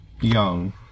young